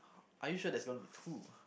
are you sure there's gonna be two